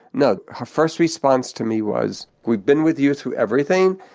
no, her first response to me was, we've been with you through everything,